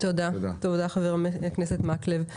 תודה חבר הכנסת מקלב.